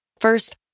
First